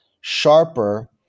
sharper